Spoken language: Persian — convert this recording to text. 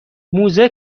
موزه